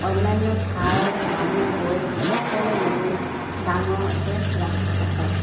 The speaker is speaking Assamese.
অন্যান্য ঠাইৰ মানুহ গৈ সকলোৱে মিলি ডাঙৰকে ৰাস পতা হয়